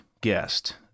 guest